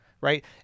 right